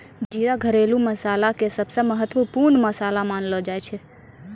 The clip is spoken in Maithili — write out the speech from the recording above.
जीरा घरेलू मसाला के सबसॅ महत्वपूर्ण मसाला मानलो जाय छै